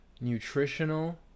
nutritional